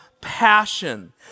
passion